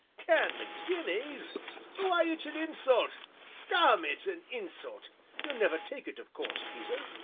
ten guineas why, it's an insult damme it's an insult you'll never take it of course, peter.